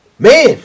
Man